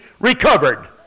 recovered